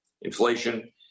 Inflation